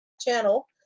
channel